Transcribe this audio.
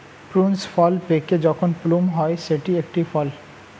prunes ফল পেকে যখন প্লুম হয় সেটি এক ফল